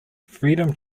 freedom